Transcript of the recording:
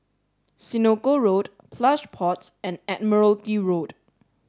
Senoko Road Plush Pods and Admiralty Road